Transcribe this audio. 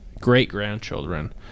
great-grandchildren